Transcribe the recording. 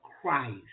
Christ